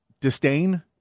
disdain